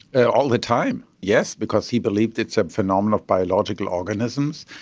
ah all the time, yes, because he believed it's a phenomenon of biological organisms,